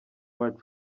wacu